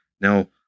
Now